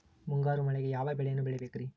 ಮುಂಗಾರು ಮಳೆಗೆ ಯಾವ ಬೆಳೆಯನ್ನು ಬೆಳಿಬೇಕ್ರಿ?